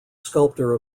sculptor